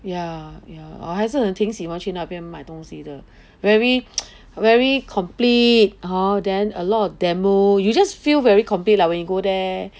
ya ya 我还是很挺喜欢去那边买东西的 very very complete hor then a lot of demo you just feel very complete lah when you go there